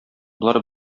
болар